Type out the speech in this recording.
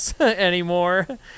anymore